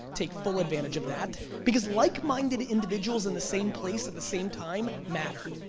take full advantage of that, because like-minded individuals in the same place at the same time matter.